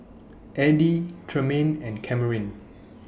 Eddy Tremaine and Kamryn